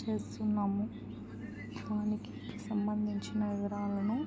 చేస్తున్నాము దానికి సంబంధించిన వివరాలను